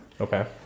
Okay